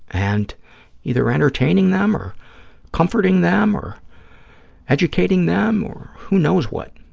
and either entertaining them or comforting them or educating them or who knows what.